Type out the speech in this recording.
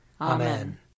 Amen